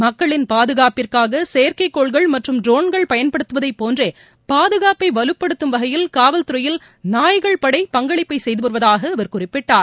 மக்களின் பாதுகாப்பிற்காக செயற்கைக்கோள்கள் மற்றும் ட்ரோன்கள் பயன்படுத்தப்படுவதைப் போன்றே பாதுகாப்பை வலுப்படுத்தும் வகையில் காவல்துறையில் நாய்கள் படை பங்களிப்பை சுசுய்து வருவதாக அவர் குறிப்பிட்டார்